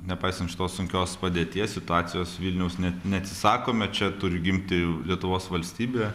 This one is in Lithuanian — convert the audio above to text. nepaisant šitos sunkios padėties situacijos vilniaus net neatsisakome čia turi gimti lietuvos valstybė